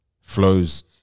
flows